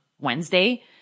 Wednesday